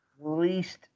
least